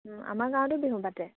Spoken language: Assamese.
আমাৰ গাঁৱতো বিহু পাতে